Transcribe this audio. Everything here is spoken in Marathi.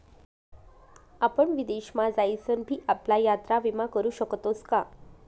आपण विदेश मा जाईसन भी आपला यात्रा विमा करू शकतोस का?